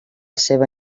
seva